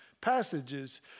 passages